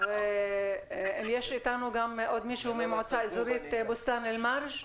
האם יש איתנו עוד מישהו ממועצה האזורית בוסתן אל-מרג'?